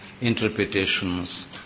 interpretations